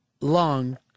long